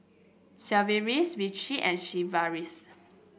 Sigvaris Vichy and Sigvaris